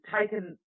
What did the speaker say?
taken